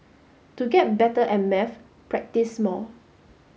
to get better at maths practise more